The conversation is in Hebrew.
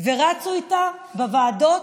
ורצו איתה בוועדות,